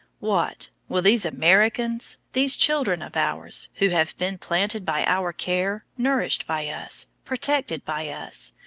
what! will these americans, these children of ours, who have been planted by our care, nourished by us, protected by us,